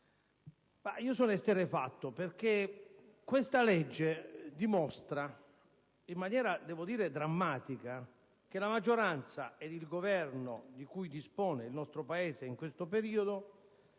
Sono esterrefatto perché questa legge dimostra in maniera drammatica che la maggioranza ed il Governo di cui si dispone il nostro Paese in questo periodo